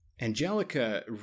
Angelica